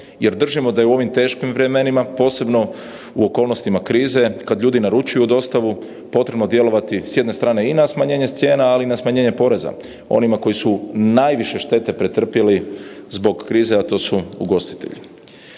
jer držimo da je u ovim teškim vremenima, posebno u okolnostima krize kada ljudi naručuju dostavu potrebno djelovati s jedne strane i na smanjenje cijena, ali i na smanjenje poreza onima koji su najviše štete pretrpjeli zbog krize, a to su ugostitelji.